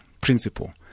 principle